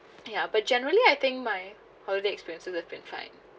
ya but generally I think my holiday experiences have been fine